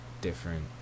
different